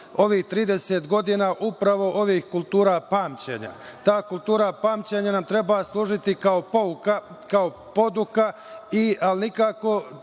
ovih 30 godina, upravo ovih kultura pamćenja. Ta kultura pamćenja nam treba služiti kao poduka, ali nikako